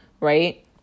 right